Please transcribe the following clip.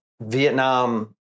Vietnam